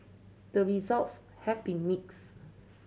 the results have been mixed